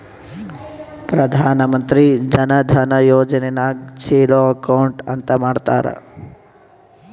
ಪ್ರಧಾನ್ ಮಂತ್ರಿ ಜನ ಧನ ಯೋಜನೆ ನಾಗ್ zero account ಅಂತ ಮಾಡ್ತಾರ